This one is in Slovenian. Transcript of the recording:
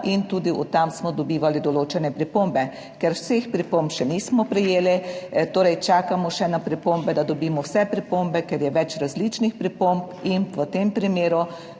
Tudi od tam smo dobivali določene pripombe. Ker vseh pripomb še nismo prejeli, čakamo še na pripombe, da dobimo vse pripombe, ker je več različnih pripomb. V tem primeru